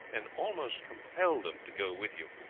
and almost compel them to go with you.